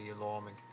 alarming